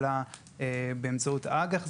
אלא באמצעות אג"ח,